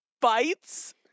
bites